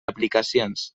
aplicacions